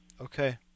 Okay